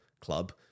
club